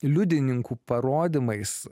liudininkų parodymais